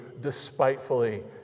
despitefully